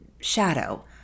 shadow